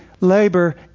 labor